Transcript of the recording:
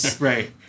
Right